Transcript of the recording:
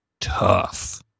tough